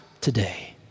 today